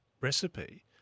recipe